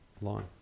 line